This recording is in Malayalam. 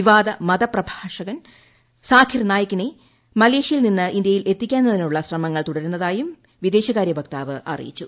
വിവാദ മത പ്രഭാഷകൻ സാഖീർ നായികിനെ മലേഷ്യയിൽ നിന്ന് ഇന്ത്യയിൽ എത്തിക്കുന്നതിനുള്ള ശ്രമങ്ങൾ തുടരുന്നതായും വിദേശകാര്യവക്താവ് അറിയിച്ചു